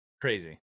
crazy